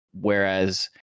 Whereas